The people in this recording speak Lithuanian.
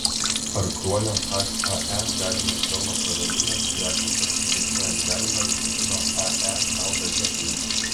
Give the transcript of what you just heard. ar kruonio hae galimas pelno praradimas įvertintas skaičiuojant galimą visagino ae naudą lietuvai